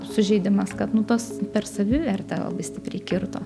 sužeidimas kad nu tas per savivertę labai stipriai kirto